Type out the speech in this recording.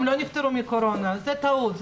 הם לא נפטרו מקורונה, זאת טעות.